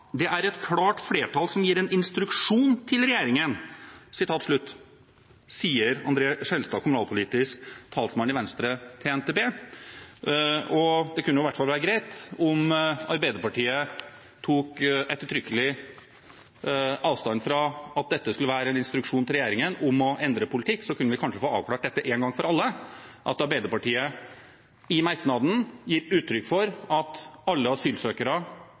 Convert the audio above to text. er et klart flertall som gir en instruksjon til regjeringen.» Dette sa André N. Skjelstad, kommunalpolitisk talsmann for Venstre til NTB. Det kunne i hvert fall være greit om Arbeiderpartiet tok ettertrykkelig avstand fra at dette skulle være en instruksjon til regjeringen om å endre politikk, for da kunne vi endelig få avklart en gang for alle at Arbeiderpartiet i merknaden gir uttrykk for at alle asylsøkere